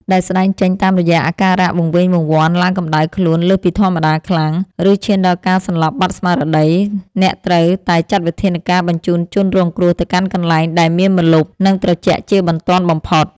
ដែលស្តែងចេញតាមរយៈអាការៈវង្វេងវង្វាន់ ឡើងកម្ដៅខ្លួនលើសពីធម្មតាខ្លាំង ឬឈានដល់ការសន្លប់បាត់ស្មារតី អ្នកត្រូវតែចាត់វិធានការបញ្ជូនជនរងគ្រោះទៅកាន់កន្លែងដែលមានម្លប់ និងត្រជាក់ជាបន្ទាន់បំផុត។